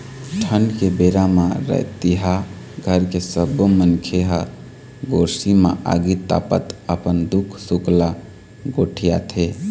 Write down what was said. ठंड के बेरा म रतिहा घर के सब्बो मनखे ह गोरसी म आगी तापत अपन दुख सुख ल गोठियाथे